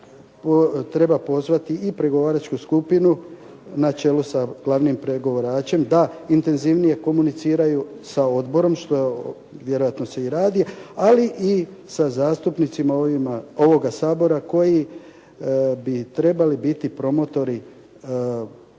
treba pozvati i pregovaračku skupinu, na čelu sa glavnim pregovaračem da intenzivnije komuniciraju sa odborom, što vjerojatno se i radi, ali i sa zastupnicima ovoga Sabora koji bi trebali biti promotori